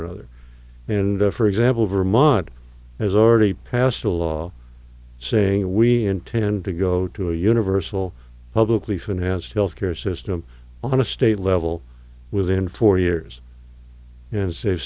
another and for example vermont has already passed a law saying we intend to go to a universal publicly financed health care system on a state level within four years and save